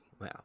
Wow